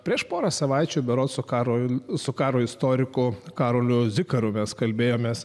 prieš porą savaičių berods karui su karo istoriko karoliu zikaru mes kalbėjomės